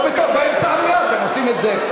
לא יכול להיות שאתם עושים את זה.